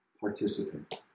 participant